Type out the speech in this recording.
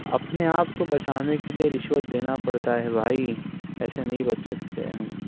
اپنے آپ کو بچانے کے لیے رشوت دینا پڑتا ہے بھائی ایسے نہیں بچ سکتے ہم